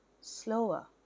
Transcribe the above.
slower